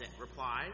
replied